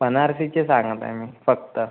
बनारसीच्या साड्या पाहिजे फक्त